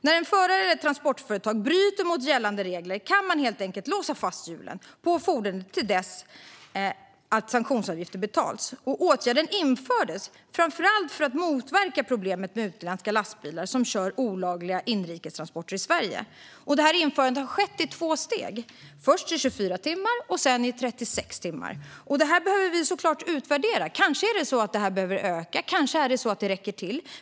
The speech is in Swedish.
När en förare eller ett transportföretag bryter mot gällande regler kan man helt enkelt låsa fast hjulen på fordonet till dess sanktionsavgifter har betalats. Åtgärden infördes framför allt för att motverka problemet med utländska lastbilar som kör olagliga inrikestransporter i Sverige. Införandet har skett i två steg, först i 24 timmar och sedan i 36 timmar. Vi behöver såklart utvärdera det här. Kanske behöver det ökas. Kanske räcker det.